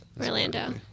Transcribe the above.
Orlando